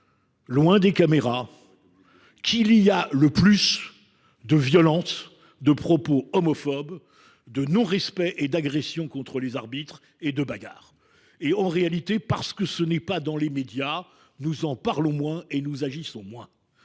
loin des caméras, qu’il y a le plus de violence, de propos homophobes, de non respect, d’agressions contre les arbitres et de bagarres. De fait, parce que cela n’apparaît pas dans les médias, nous en parlons moins et nous agissons moins.